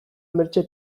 mertxe